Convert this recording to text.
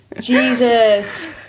Jesus